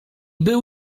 był